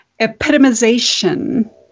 epitomization